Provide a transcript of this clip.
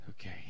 Okay